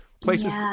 places